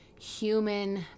human